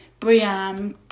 Briam